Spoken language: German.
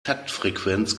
taktfrequenz